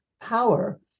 power